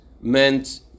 meant